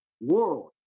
world